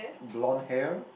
blonde hair